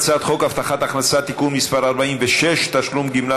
ולהארכת תוקפן של תקנות שעת חירום (שירותי